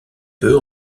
peu